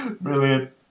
Brilliant